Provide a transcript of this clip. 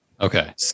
Okay